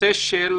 הנושא של